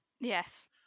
Yes